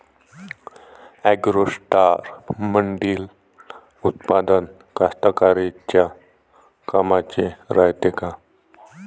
ॲग्रोस्टारमंदील उत्पादन कास्तकाराइच्या कामाचे रायते का?